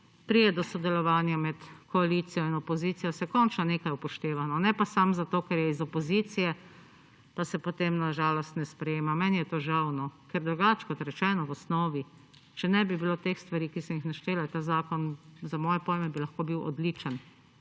pride do sodelovanja med koalicijo in opozicijo, se končno nekaj upošteva. Ne pa samo zato, ker je iz opozicije, pa se potem na žalost ne sprejema. Meni je to žal, ker drugače, kot rečeno, v osnovi, če ne bi bilo teh stvari, ki sem jih naštela, ta zakon za moje pojme bi lahko bil odličen.